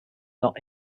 not